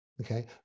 okay